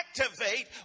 activate